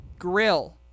Grill